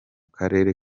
karere